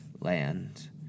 land